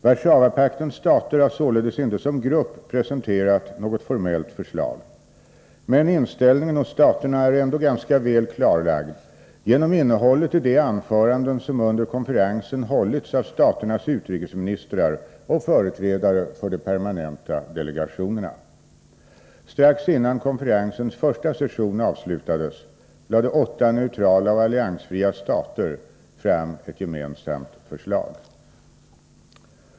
Warszawapaktens stater har således inte som grupp presenterat något formellt förslag. Men inställningen hos staterna är ändå ganska väl klarlagd genom innehållet i de anföranden som under konferensen hållits av staternas utrikesministrar och företrädare för de permanenta delegationerna. Strax innan konferensens första session avslutades, lade åtta neutrala och alliansfria stater fram ett gemensamt förslag.